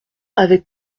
avec